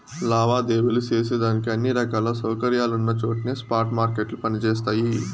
లావాదేవీలు సేసేదానికి అన్ని రకాల సౌకర్యాలున్నచోట్నే స్పాట్ మార్కెట్లు పని జేస్తయి